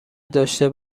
داشته